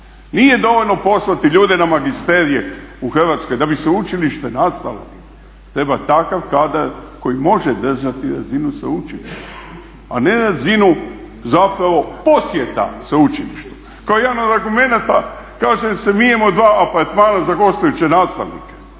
Nije dovoljno poslati ljude na magisterije u Hrvatskoj. Da bi sveučilište nastalo treba takav kadar koji može držati razinu sveučilišta, a ne razinu zapravo posjeta sveučilištu. Kao jedan od argumenata kaže se mi imamo dva apartmana za gostujuće nastavnike,